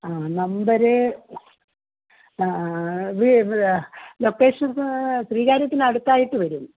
ആ നമ്പര് വീ ലൊക്കേഷൻ ശ്രീകാര്യത്തിന് അടുത്തായിട്ട് വരും